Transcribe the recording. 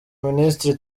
minisiteri